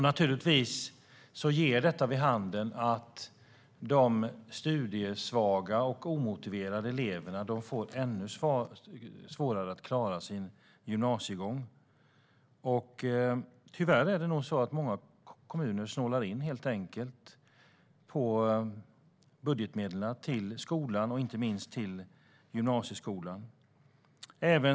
Naturligtvis resulterar detta i att de studiesvaga och omotiverade eleverna får ännu svårare att klara sin gymnasiegång. Tyvärr är det nog så att många kommuner helt enkelt snålar in på budgetmedlen till skolan och inte minst till gymnasieskolan.